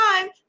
time